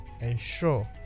ensure